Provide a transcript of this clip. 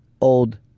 old